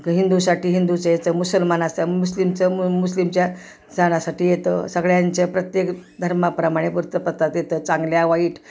क हिंदूसाठी हिंदूचं येतं मुसलमाना असचं मुस्लिमचं मु मुस्लिमच्या सणासाठी येतं सगळ्यांचे प्रत्येक धर्माप्रमाणे वृत्तपत्रात येतं चांगल्या वाईट